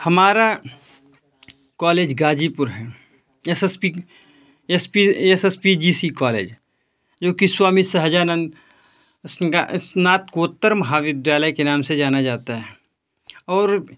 हमारा कॉलेज ग़ाज़ीपुर है S S P S P S S P G C college जो कि स्वामी सहजानंद स्नातकोत्तर महाविद्यालय के नाम से जाना जाता है और